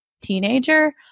teenager